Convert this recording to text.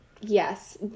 Yes